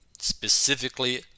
specifically